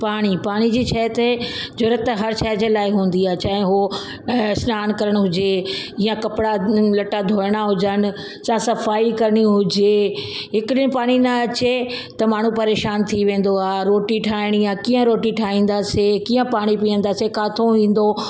पाणी पाणी जी छा आहे ते ज़रूरुत हर शइ जे लाइ हूंदी आहे चाहे हो अ सनानु करणो हुजे या कपिड़ा लटा धोइणा हुजनि या सफ़ाई करणी हुजे हिक ॾींहं पाणी न अचे त माण्हू परेशानु थी वेंदो आहे रोटी ठाहिणी आहे कीअं रोटी ठाहींदासीं कीअं पाणी पीअंदासीं किथां ईंदो